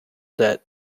debt